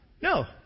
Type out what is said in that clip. No